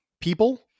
people